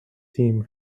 team